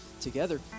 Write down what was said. together